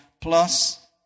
plus